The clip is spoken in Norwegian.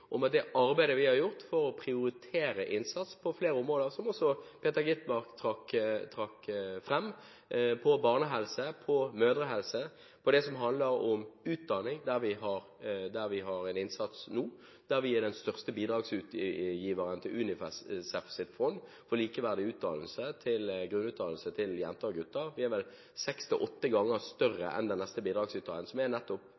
vi har gjort et arbeid for å prioritere innsats på flere områder, som også Peter Skovholt Gitmark trakk fram: på barnehelse, på mødrehelse, på det som handler om utdanning – der har vi en innsats nå. Vi er den største bidragsyteren til UNICEFs fond for likeverdig utdannelse, til grunnutdannelse for jenter og gutter – vi er vel seks–åtte ganger større enn den neste bidragsyteren, som er nettopp